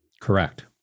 Correct